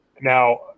Now